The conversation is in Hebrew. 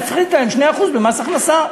נפחית להם 2% ממס הכנסה.